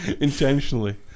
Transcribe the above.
Intentionally